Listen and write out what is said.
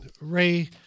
Ray